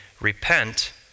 repent